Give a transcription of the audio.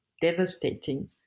devastating